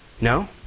No